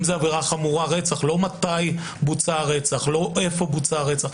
אם זה עבורה חמורה רצח לא מתי ואיפה בוצע הרצח.